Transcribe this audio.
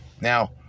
Now